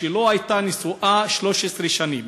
שלו הייתה נשואה 13 שנים.